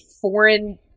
foreign